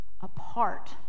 apart